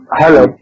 hello